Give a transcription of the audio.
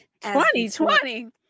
2020